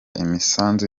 imisanzu